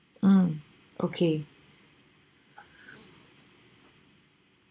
mm okay